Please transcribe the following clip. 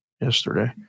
yesterday